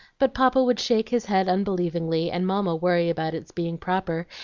but papa would shake his head unbelievingly, and mamma worry about its being proper,